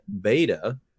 beta